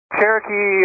Cherokee